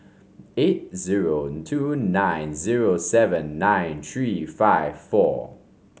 eight zero two nine zero seven nine three five four